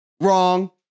Wrong